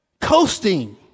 coasting